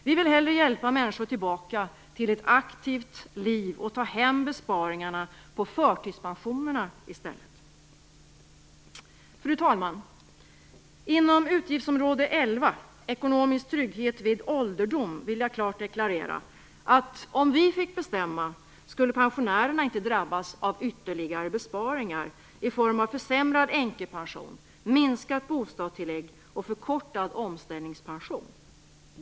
Vi vill hellre hjälpa människor tillbaka till ett aktivt liv och ta hem besparingar på förtidspensionerna i stället. Fru talman! Inom utgiftsområde 11, ekonomisk trygghet vid ålderdom, vill jag klart deklarera att om vi fick bestämma skulle pensionärerna inte drabbas av ytterligare besparingar i form av försämrad änkepension, minskat bostadstillägg och förkortad omställningspension.